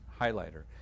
highlighter